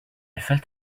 felt